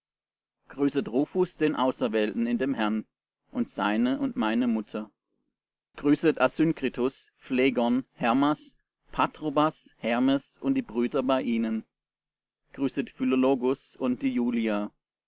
grüßet rufus den auserwählten in dem herrn und seine und meine mutter grüßet asynkritus phlegon hermas patrobas hermes und die brüder bei ihnen grüßet philologus und die julia